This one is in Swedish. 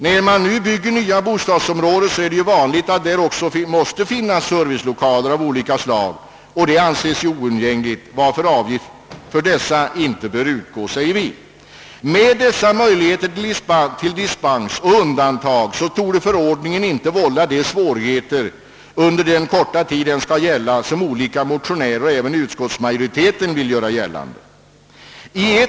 När man bygger nya bostadsområden är det ju vanligt att där också uppföres servicelokaler av olika slag. De anses oundgängliga, och för dem bör därför inte utgå investeringsavgift. Med dessa möjligheter till dispens och undantag torde förordningen under den korta tid den skall gälla inte vålla de svårigheter som olika motionärer och även utskottsmajoriteten vill göra gällande.